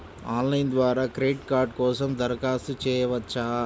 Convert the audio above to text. Online ద్వారా credit card కోసం దరఖాస్తు చేయవచ్చా?